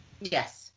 Yes